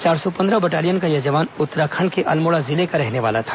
चार सौ पंद्रह बटालियन का यह जवान उत्तराखंड के अलमोड़ा जिले का रहने वाला था